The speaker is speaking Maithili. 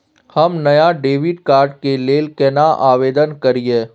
हम नया डेबिट कार्ड के लेल केना आवेदन करियै?